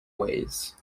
ways